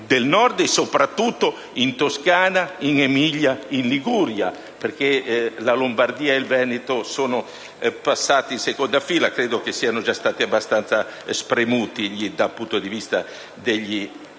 soprattutto in Toscana, in Emilia e in Liguria (le regioni Lombardia e Veneto sono passate in seconda fila: credo che siano già state abbastanza spremute dal punto di vista degli interessi).